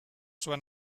sua